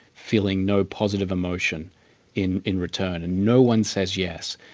feeling no positive emotion in in return? and no one says yes.